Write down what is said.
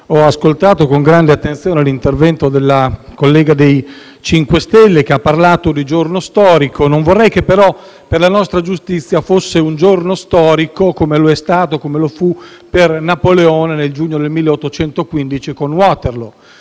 ho ascoltato con grande attenzione l'intervento della collega del MoVimento 5 Stelle, che ha parlato di giorno storico. Non vorrei però che per la nostra giustizia fosse un giorno storico, come lo fu per Napoleone, nel giugno del 1815, il giorno